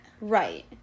Right